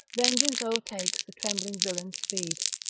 vengeance o'ertakes the trembling villain's speed.